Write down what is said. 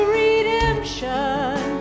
redemption